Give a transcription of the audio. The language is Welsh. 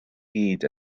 gyd